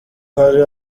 hari